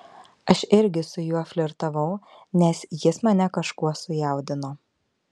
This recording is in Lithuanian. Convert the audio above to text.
aš irgi su juo flirtavau nes jis mane kažkuo sujaudino